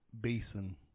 basin